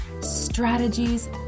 strategies